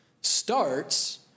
starts